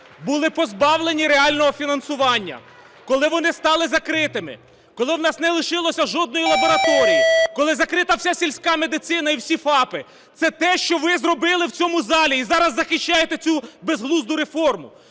були позбавлені реального фінансування, коли вони стали закритими, коли в нас не лишилося жодної лабораторії, коли закрита вся сільська медицина і всі ФАПи. Це те, що ви зробили в цьому залі і зараз захищаєте цю безглузду реформу.